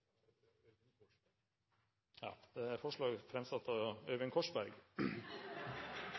Ja, det er